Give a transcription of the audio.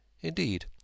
Indeed